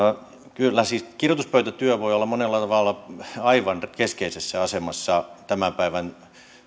kyllä siis kirjoituspöytätyö voi olla monella tavalla aivan keskeisessä asemassa tämän päivän